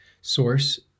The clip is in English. Source